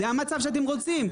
זה המצב שאתם רוצים.